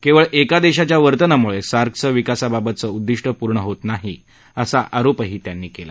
केवळ एका देशाच्या वर्तनामुळे सार्कचं विकासाबाबतचं उद्दिष्ट पूर्ण होत नाही असा आरोपही त्यांनी केला